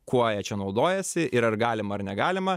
kuo jie čia naudojasi ir ar galima ar negalima